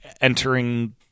entering